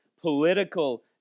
political